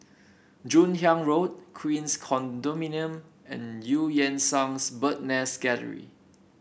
Joon Hiang Road Queens Condominium and Eu Yan Sang 's Bird Nest Gallery